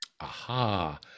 Aha